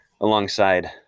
alongside